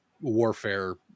warfare